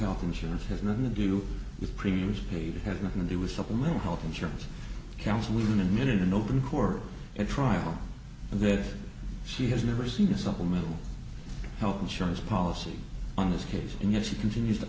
health insurance has nothing to do with previews he had nothing to do with supplemental health insurance counsel even in an open court trial and that she has never seen a supplemental health insurance policy on this case and yet she continues to